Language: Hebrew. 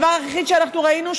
הדבר היחיד שאנחנו ראינו,